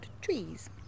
trees